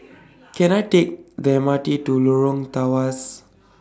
Can I Take The M R T to Lorong Tawas